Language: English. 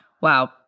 Wow